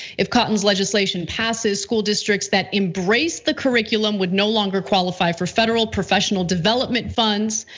if cotton's legislation passes, school districts that embrace the curriculum would no longer qualify for federal professional development funds,